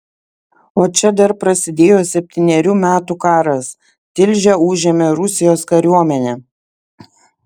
o čia dar prasidėjo septynerių metų karas tilžę užėmė rusijos kariuomenė